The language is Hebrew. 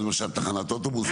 אז למשל תחנת אוטובוס,